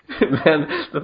man